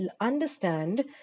understand